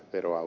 eroa